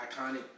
iconic